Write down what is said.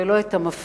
ולא את המפריד.